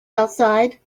outside